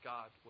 God